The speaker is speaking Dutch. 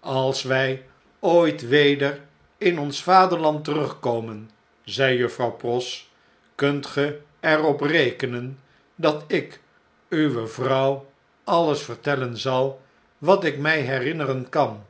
als wij ooit weder in ons vaderland terugkomen zei juffrouw pross kunt ge er op rekenen dat ik uwe vrouw alles vertellen zal wat ik mij herinneren kan